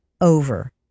over